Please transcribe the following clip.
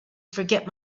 forget